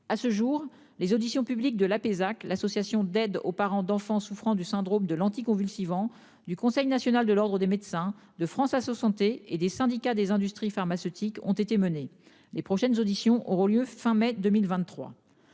à ce jour les auditions publiques de l'Apesac, l'association d'aide aux parents d'enfants souffrant du syndrome de l'anticonvulsivant du Conseil national de l'Ordre des Médecins de France assos Santé et des syndicats des industries pharmaceutiques ont été menées les prochaines auditions auront lieu fin mai 2023,